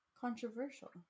Controversial